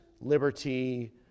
liberty